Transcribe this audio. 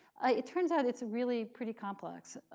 it turns out it's really pretty complex.